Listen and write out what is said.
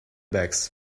bags